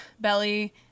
Belly